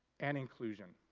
and inclusion.